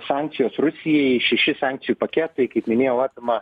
sankcijos rusijai šeši sankcijų paketai kaip minėjau apima